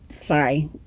Sorry